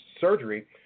surgery